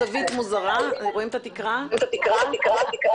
זרוע של ממשלת גרמניה לסיוע למדינות מתפתחות